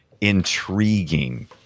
intriguing